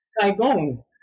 Saigon